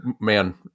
Man